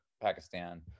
Pakistan